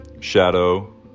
Shadow